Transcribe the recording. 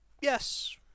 Yes